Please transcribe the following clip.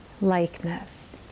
likeness